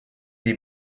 des